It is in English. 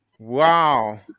Wow